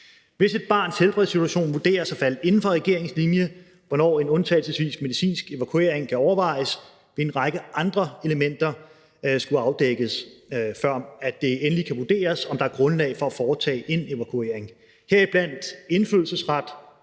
Hvis et barns helbredssituation vurderes at falde inden for regeringens linje for, hvornår en undtagelsesvis medicinsk evakuering kan overvejes, vil en række andre elementer skulle afdækkes, heriblandt indfødsret, opholdsgrundlag i Danmark og sikkerhedsmæssige overvejelser,